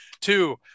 Two